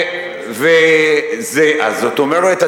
זאת אומרת,